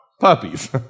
puppies